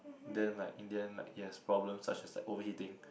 then like in the end like it has problem such like as overheating